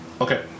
Okay